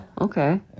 okay